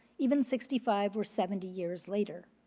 even sixty five or seventy years later.